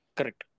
Correct